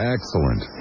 Excellent